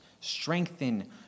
Strengthen